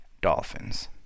dolphins